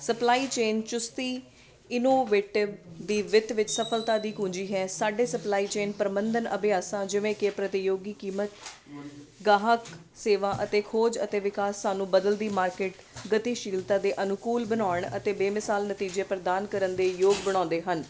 supply chain ਚੁਸਤੀ innovative ਦੀ ਵਿੱਤ ਵਿੱਚ ਸਫਲਤਾ ਦੀ ਕੁੰਜੀ ਹੈ ਸਾਡੇ ਸਪਲਾਈ ਚੇਨ ਪ੍ਰਬੰਧਨ ਅਭਿਆਸਾਂ ਜਿਵੇਂ ਕਿ ਪ੍ਰਤੀਯੋਗੀ ਕੀਮਤ ਗਾਹਕ ਸੇਵਾ ਅਤੇ ਖੋਜ ਅਤੇ ਵਿਕਾਸ ਸਾਨੂੰ ਬਦਲਦੀ ਮਾਰਕੀਟ ਗਤੀਸ਼ੀਲਤਾ ਦੇ ਅਨੁਕੂਲ ਬਣਾਉਣ ਅਤੇ ਬੇਮਿਸਾਲ ਨਤੀਜੇ ਪ੍ਰਦਾਨ ਕਰਨ ਦੇ ਯੋਗ ਬਣਾਉਂਦੇ ਹਨ